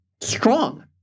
strong